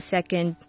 Second